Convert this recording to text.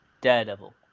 Daredevil